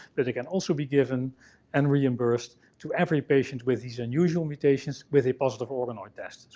it it can also be given and reimbursed to every patient with these unusual mutations with a positive organoid test.